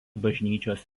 bažnyčios